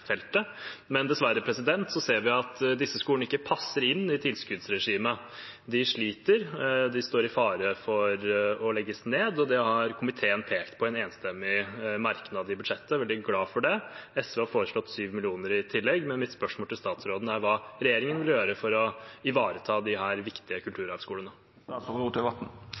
feltet. Men dessverre ser vi at disse skolene ikke passer inn i tilskuddsregimet. De sliter, de står i fare for å legges ned, og det har komiteen pekt på i en enstemmig merknad i budsjettet. Jeg er veldig glad for det. SV har foreslått 7 mill. kr i tillegg. Mitt spørsmål til statsråden er hva regjeringen vil gjøre for å ivareta disse viktige